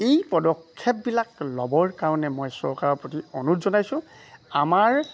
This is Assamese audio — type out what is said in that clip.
এই পদক্ষেপবিলাক ল'বৰ কাৰণে মই চৰকাৰৰ প্ৰতি অনুৰোধ জনাইছোঁ আমাৰ